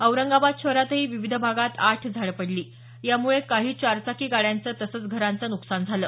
औरंगाबाद शहरातही विविध भागात आठ झाडं पडली यामुळे काही चारचाकी गाड्यांच तसंच घरांचं नुकसान झालं